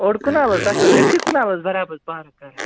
اوٚڑ کَنال حظ تۄہہِ چھِو حظ أڑۍ کَنالَس برابَر پارَک کَرٕنۍ